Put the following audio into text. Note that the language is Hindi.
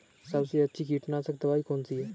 सबसे अच्छी कीटनाशक दवाई कौन सी है?